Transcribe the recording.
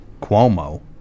Cuomo